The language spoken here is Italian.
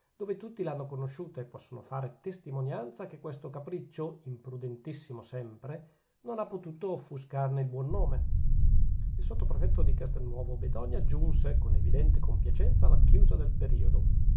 dove tutti l'hanno conosciuta e possono fare testimonianza che questo capriccio imprudentissimo sempre non ha potuto offuscarne il buon nome il sottoprefetto di castelnuovo bedonia giunse con evidente compiacenza alla chiusa del periodo